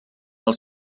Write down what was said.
els